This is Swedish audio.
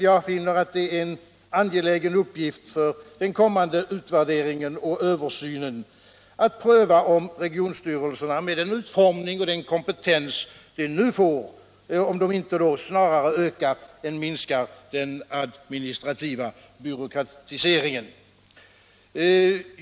Jag finner det vara en angelägen uppgift för den kommande utvärderingen och översynen att pröva om regionstyrelserna, med den utformning och kompetens de nu får, inte snarare ökar än minskar den administrativa byråkratiseringen.